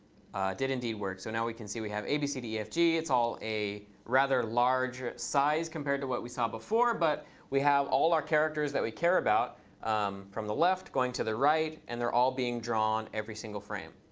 did indeed work. so now we can see we have a, b, c, d, e, f, g. it's all a rather large size compared to what we saw before, but we have all our characters that we care about from the left going to the right. and they're all being drawn every single frame.